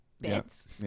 bits